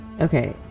Okay